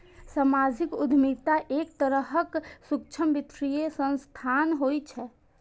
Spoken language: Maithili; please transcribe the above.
सामाजिक उद्यमिता एक तरहक सूक्ष्म वित्तीय संस्थान होइ छै